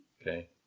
Okay